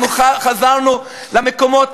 אנחנו חזרנו למקומות.